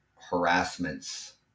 harassments